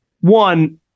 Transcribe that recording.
One